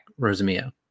Rosamia